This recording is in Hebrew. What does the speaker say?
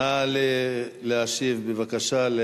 כבוד השר, נא להשיב, בבקשה, על